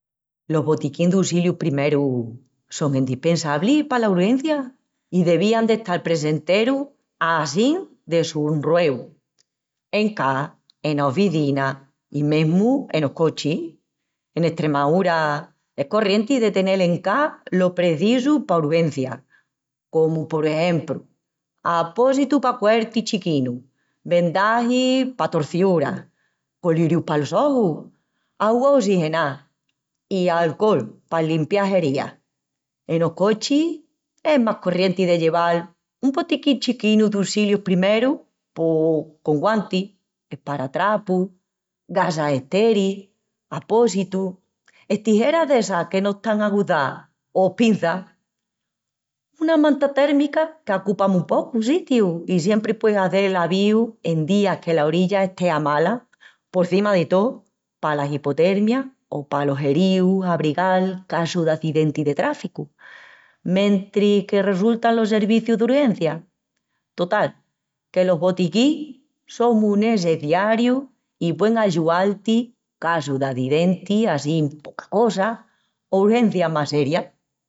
Los botiquin d'ussilius primerus son endispensablis palas urgencias, i devían d'estal presenterus assín de sonrueu. En cá, enas oficinas, i mesmu enos cochis. En Estremaúra es corrienti de tenel en cá lo precisu pa urgencias, comu por exempru apósitu pa cuertis chiquinus, vendagis pa torciúras, colirius palos ojus, augua ossigená i alcol pa limpial herías. Enos cochis es más corrienti de lleval un botiquín chiquinu d'ussilius primerus pos con guantis, esparatrapu, gasas esteris, apósitus, estijeras d'essas que no están aguzás o espinças. Una manta térmica, que acupa mu pocu sitiu i siempri puei hazel el avíu en días que la orilla estea mala, porcima de tó, palas ipotermias o palos heríus abrigal casu d'acidenti de tráficu, mentris que resultan los servicius d'urgencias. Total, que los botiquín son mu nesseciarius i puein ayual-ti casu d'acidentis assín poca cosa o urgencias más serias.